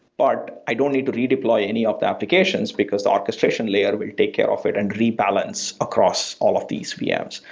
but i don't need to redeploy any of the applications because the orchestration layer will take care of it and rebalance across all of these vms.